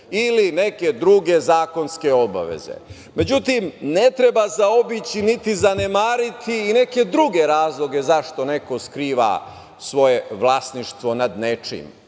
ili neke druge zakonske obaveze.Međutim, ne treba zaobići, niti zanemariti i neke druge razloge zašto neko skriva svoje vlasništvo nad nečim.